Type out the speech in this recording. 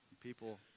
People